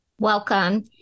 welcome